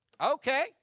Okay